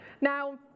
Now